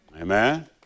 amen